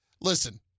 listen